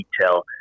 detail